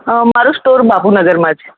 અ મારો સ્ટોર બાપુનગરમાં છે